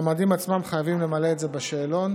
המועמדים עצמם חייבים למלא את זה בשאלון